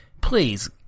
please